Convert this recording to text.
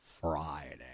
Friday